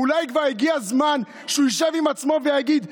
אולי כבר הגיע הזמן שהוא ישב עם עצמו ויגיד: